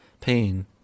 pain